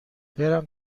برم